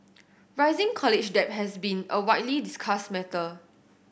rising college debt has been a widely discussed matter